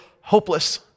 hopeless